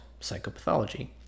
psychopathology